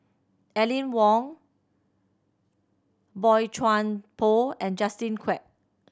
Aline Wong Boey Chuan Poh and Justin Quek